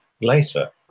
later